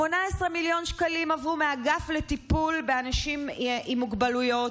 18 מיליון שקלים עברו מהאגף לטיפול באנשים עם מוגבלויות,